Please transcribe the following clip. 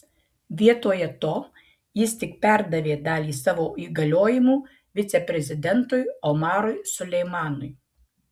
vietoje to jis tik perdavė dalį savo įgaliojimų viceprezidentui omarui suleimanui